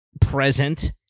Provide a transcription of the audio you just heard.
present